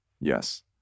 Yes